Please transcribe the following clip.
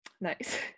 nice